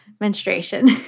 menstruation